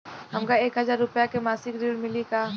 हमका एक हज़ार रूपया के मासिक ऋण मिली का?